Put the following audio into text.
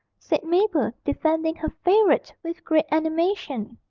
said mabel, defending her favourite with great animation,